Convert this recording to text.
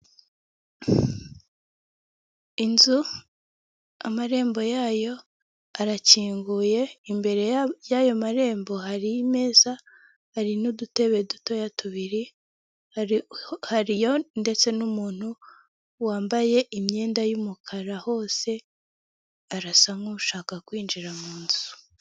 Inzu amarembo yayo arakinguye imbere y'ayo marembo hari imeza, hari n'udutebe dutoya tubiri ndetse n'umuntu wambaye imyenda yumukara hose arasa nkushaka kwinjira munzu.